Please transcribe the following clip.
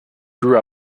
grew